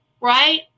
right